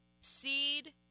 seed